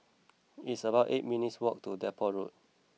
it's about eight minutes' walk to Depot Road